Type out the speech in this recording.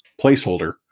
placeholder